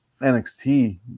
NXT